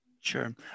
Sure